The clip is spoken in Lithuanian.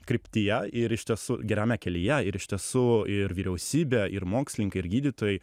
kryptyje ir iš tiesų gerame kelyje ir iš tiesų ir vyriausybė ir mokslininkai ir gydytojai